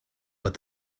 but